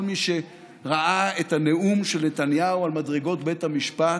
כל מי שראה את הנאום של נתניהו על מדרגות בית המשפט